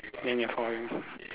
then they found you